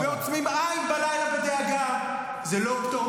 אתם רוצים, זה אות קין